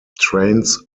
trains